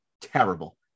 terrible